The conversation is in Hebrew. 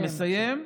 אני מסיים.